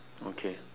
okay